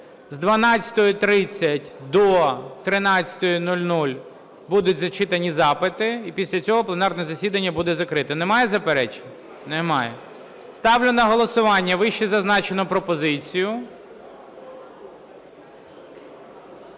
з 12:30 до 13:00 будуть зачитані запити, і після цього пленарне засідання буде закрите. Немає заперечень? Немає. Ставлю на голосування вищезазначену пропозицію.